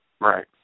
Right